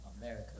america